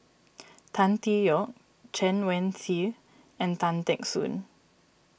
Tan Tee Yoke Chen Wen Hsi and Tan Teck Soon